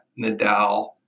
Nadal